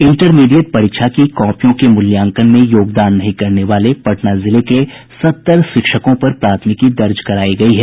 intermediate परीक्षा की कॉपियों के मुल्यांकन में योगदान नहीं करने वाले पटना जिले के सत्तर शिक्षकों पर प्राथमिकी दर्ज करायी गई है